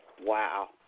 Wow